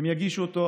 כשהם יגישו אותו,